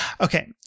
Okay